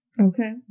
Okay